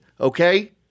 Okay